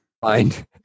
find